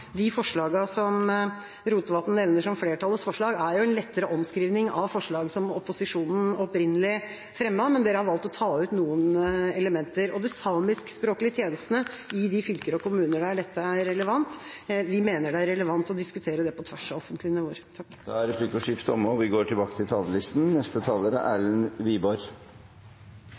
De forslagene som Rotevatn nevner som flertallets forslag, er jo en lettere omskrivning av forslag som opposisjonen opprinnelig fremmet, men de har valgt å ta ut noen elementer. Og de samiskspråklige tjenestene i de fylkene og kommunene der dette er relevant, mener vi det er relevant å diskutere på tvers av offentlige nivå. Da er replikkordskiftet omme. Jeg vil begynne med å takke saksordfører Heggelund for godt arbeid og